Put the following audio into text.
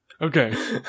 Okay